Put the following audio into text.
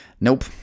Nope